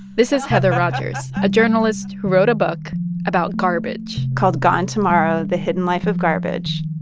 this is heather rogers, a journalist who wrote a book about garbage called gone tomorrow the hidden life of garbage.